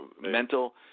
mental